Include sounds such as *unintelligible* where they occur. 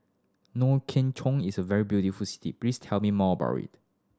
*unintelligible* is a very beautiful city please tell me more about it